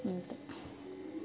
అంతే